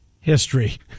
history